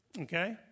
Okay